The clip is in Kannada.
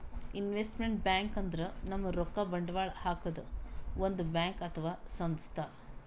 ಇನ್ವೆಸ್ಟ್ಮೆಂಟ್ ಬ್ಯಾಂಕ್ ಅಂದ್ರ ನಮ್ ರೊಕ್ಕಾ ಬಂಡವಾಳ್ ಹಾಕದ್ ಒಂದ್ ಬ್ಯಾಂಕ್ ಅಥವಾ ಸಂಸ್ಥಾ